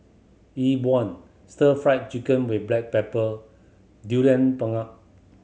Yi Bua Stir Fried Chicken with black pepper Durian Pengat